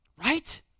Right